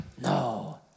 No